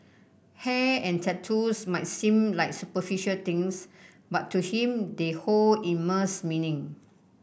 hair and tattoos might seem like superficial things but to him they hold immense meaning